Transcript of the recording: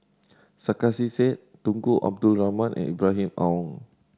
Sarkasi Said Tunku Abdul Rahman and Ibrahim Awang